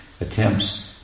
attempts